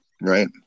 right